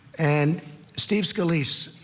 and steve scalise,